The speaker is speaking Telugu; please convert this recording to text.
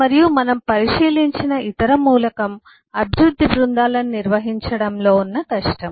మరియు మనము పరిశీలించిన ఇతర మూలకం అభివృద్ధి బృందాలను నిర్వహించడంలో ఉన్న కష్టం